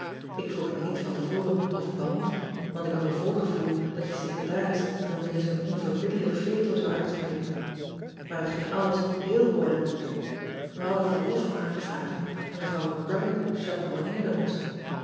k vroeg je niet van te voren of ik wel mocht want ik had een voorgevoel dat je secretaris dais weer zijn onverbiddelijk veto zou uitspeken aar het ging alles heel ordelijk toe e hadden verlof aangevraagd en evrouw c ride chaperonneerde ons